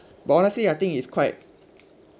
but honestly I think it's quite